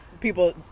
people